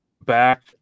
back